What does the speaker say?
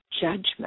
judgment